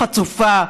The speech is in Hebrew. חצופה.